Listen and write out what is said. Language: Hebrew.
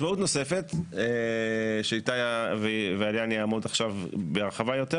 משמעות נוספת שעליה אני אעמוד בהרחבה,